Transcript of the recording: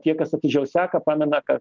tie kas atidžiau seka pamena kad